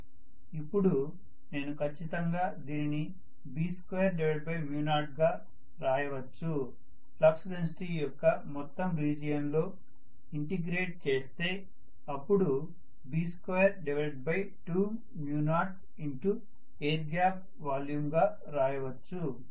ఇప్పుడు నేను ఖచ్చితంగా దీనిని B20 గా రాయవచ్చు ఫ్లక్స్ డెన్సిటీ యొక్క మొత్తం రీజియన్ లో ఇంటెగ్రేట్ చేస్తే అప్పుడు B220ఎయిర్ గ్యాప్ వాల్యూమ్ గా రాయవచ్చు